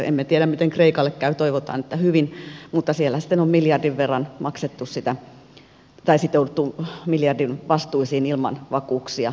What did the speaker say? emme tiedä miten kreikalle käy toivotaan että hyvin mutta siellä sitten on sitouduttu miljardin vastuisiin ilman vakuuksia